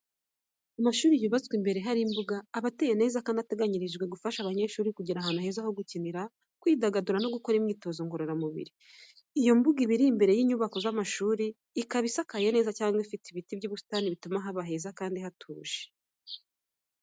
Amashuri yubatswe imbere hari imbuga aba ateye neza kandi ateganyirijwe gufasha abanyeshuri kugira ahantu ho gukinira, kwidagadura no gukora imyitozo ngororamubiri. Iyo mbuga iba iri imbere y'inyubako z'amashuri, ikaba isakaye neza cyangwa ifite ibiti n'ubusitani bituma haba heza kandi hatuje.